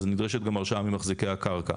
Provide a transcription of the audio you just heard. אז נדרשת גם הרשאה ממחזיקי הקרקע.